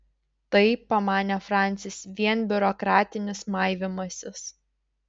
tai pamanė francis vien biurokratinis maivymasis